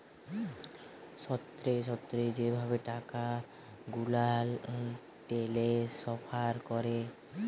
সঙ্গে সঙ্গে যে ভাবে টাকা গুলাল টেলেসফার ক্যরে